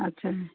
ଆଚ୍ଛା